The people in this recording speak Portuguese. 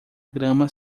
grama